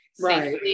Right